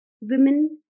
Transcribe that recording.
women